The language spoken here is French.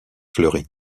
fleury